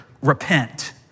Repent